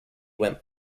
went